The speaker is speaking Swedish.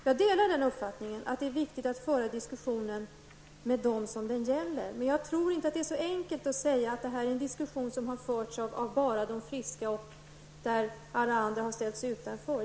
Jag delar denna uppfattning, men jag tror inte att det är så enkelt som att säga att denna diskussion har förts bara av friska människor medan alla andra har ställts utanför.